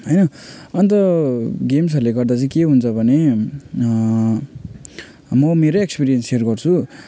होइन अन्त गेम्सहरूले गर्दा चाहिँ के हुन्छ भने म मेरो एक्सपिरियन्स सेयर गर्छु